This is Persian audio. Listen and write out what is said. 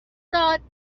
داد